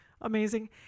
amazing